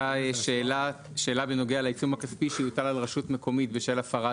מעשית אחר הוראת מועצת רשות המים בשל כל מיני נסיבות,